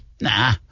nah